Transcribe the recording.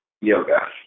yoga